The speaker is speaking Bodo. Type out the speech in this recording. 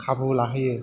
खाबु लाहैयो